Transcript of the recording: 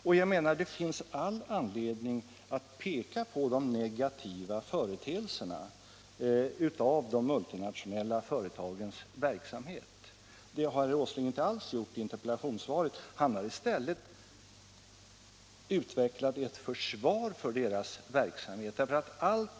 Och jag menar att det finns all anledning att peka på de negativa följderna av multinationella företags verksamhet. Det har herr Åsling inte alls gjort i interpellationssvaret, utan han har i stället utvecklat ett försvar för deras verksamhet.